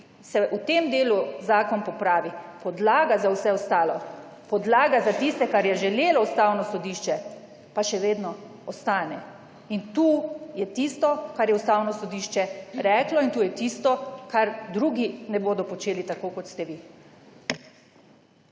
se v tem delu zakon popravi. Podlaga za vse ostalo, podlaga za tisto, kar je želelo Ustavno sodišče, pa še vedno ostane. In tu je tisto, kar je Ustavno sodišče reklo, in tu je tisto, kar drugi ne bodo počeli tako, kot ste vi.